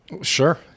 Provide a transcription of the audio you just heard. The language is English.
Sure